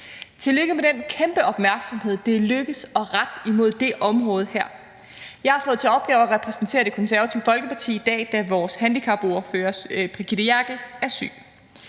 Tillykke med den kæmpe opmærksomhed, det er lykkedes at rette mod det område her. Jeg har fået til opgave at repræsentere Det Konservative Folkeparti i dag, da vores handicapordfører, Brigitte Klintskov Jerkel, er syg.